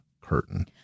curtain